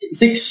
six